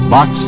Box